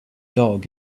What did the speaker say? dog